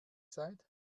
seid